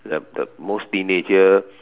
the the most teenager